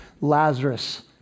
Lazarus